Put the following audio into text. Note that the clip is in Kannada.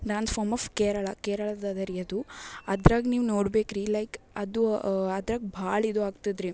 ಡಾನ್ಸ್ ಫಾರ್ಮ್ ಆಫ್ ಕೇರಳ ಕೇರಳದದೇ ರೀ ಅದು ಅದ್ರಾಗ ನೀವು ನೋಡಬೇಕ್ರಿ ಲೈಕ್ ಅದೂ ಅದ್ರಗ ಭಾಳ ಇದು ಆಗ್ತದ್ರಿ